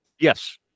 yes